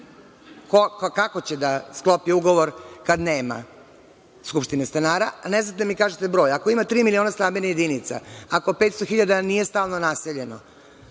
Kako će da sklopi ugovor kad nema skupštine stanara, a ne znate da mi kažete broj. Ako ima tri miliona stambenih jedinica, ako 500.000 nije stalno naseljeno,